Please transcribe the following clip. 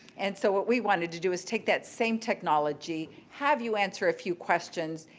and so what we wanted to do is take that same technology, have you answer a few questions,